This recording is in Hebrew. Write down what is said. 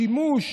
שימוש